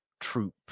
troop